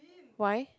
why